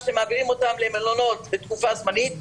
שמעבירים אותם למלונות בתקופה זמנית,